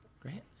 Great